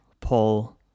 Paul